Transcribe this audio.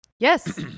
Yes